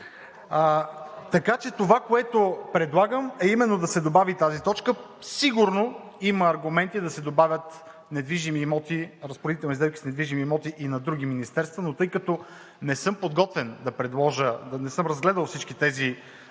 Така че това, което предлагам, е именно да се добави тази точка. Сигурно има аргументи да се добавят разпоредителни сделки с недвижими имоти и на други министерства, но тъй като не съм подготвен да предложа, не съм разгледал всички такива